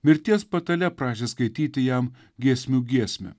mirties patale prašė skaityti jam giesmių giesmę